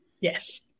yes